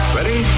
Ready